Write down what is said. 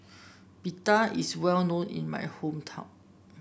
pita is well known in my hometown